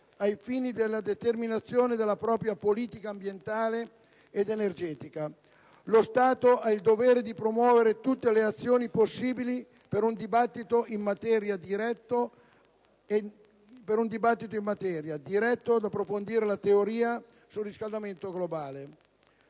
ai fini della determinazione della propria politica ambientale ed energetica. Lo Stato ha il dovere di promuovere tutte le azioni possibili per un dibattito in materia, diretto ad approfondire la teoria sul riscaldamento globale.